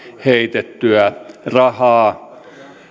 heitettyä rahaa